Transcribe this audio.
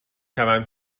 توانم